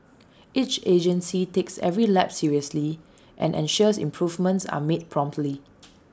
each agency takes every lapse seriously and ensures improvements are made promptly